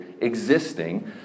existing